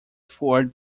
forward